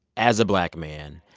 as a black man.